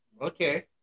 okay